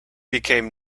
became